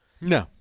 No